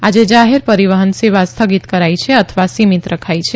આજે જાહેર પરિવહન સેવા સ્થગિત કરાઇ છે અથવા સીમિત રખાઇ છે